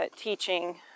teaching